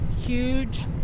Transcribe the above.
huge